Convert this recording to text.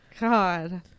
God